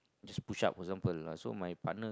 just push up for example lah so partner